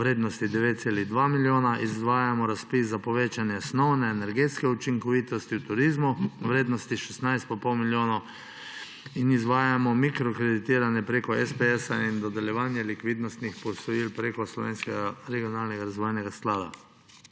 vrednosti 9,2 milijona, izvajamo razpis za povečanje snovne, energetske učinkovitosti v turizmu v vrednosti 16,5 milijona in izvajamo mikrokreditiranje prek SPS in dodeljevanje likvidnostnih posojil prek Slovenskega regionalno razvojnega sklada.